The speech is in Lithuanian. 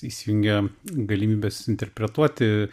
įsijungia galimybės interpretuoti